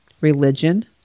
religion